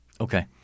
Okay